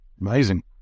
amazing